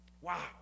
Wow